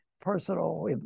personal